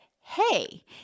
hey